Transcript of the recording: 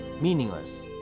meaningless